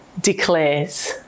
declares